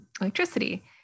electricity